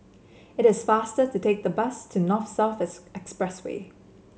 it is faster to take the bus to North South Expressway